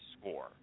score